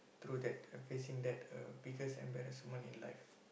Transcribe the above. through that uh facing that uh biggest embarrassment in life